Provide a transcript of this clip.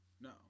No